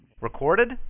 Recorded